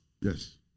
Yes